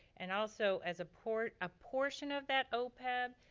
and also as a portion ah portion of that opeb,